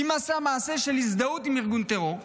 אם עשה מעשה של הזדהות עם ארגון טרור בפומבי,